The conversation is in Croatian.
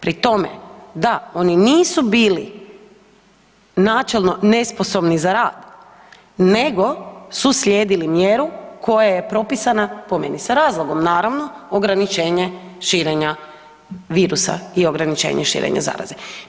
Pri tome da oni nisu bili načelno nesposobni za rad nego su slijedili mjeru koja je propisana, po meni sa razlogom naravno, ograničenje širenja virusa i ograničenje širenja zaraze.